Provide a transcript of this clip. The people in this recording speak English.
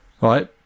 Right